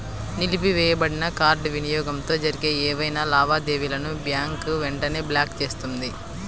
నిలిపివేయబడిన కార్డ్ వినియోగంతో జరిగే ఏవైనా లావాదేవీలను బ్యాంక్ వెంటనే బ్లాక్ చేస్తుంది